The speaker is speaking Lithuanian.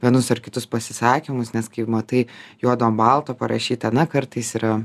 vienus ar kitus pasisakymus nes kaip matai juod u ant balto parašyta na kartais yra